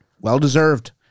Well-deserved